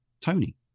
Tony